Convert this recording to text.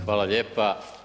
Hvala lijepa.